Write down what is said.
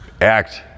act